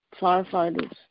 firefighters